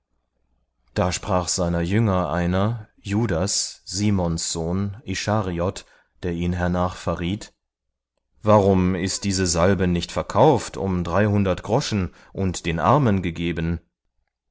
da sprach seiner jünger einer judas simons sohn ischariot der ihn hernach verriet warum ist diese salbe nicht verkauft um dreihundert groschen und den armen gegeben